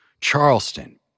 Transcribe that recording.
Charleston